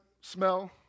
smell